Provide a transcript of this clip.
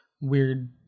weird